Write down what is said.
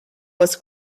was